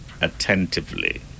attentively